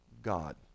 God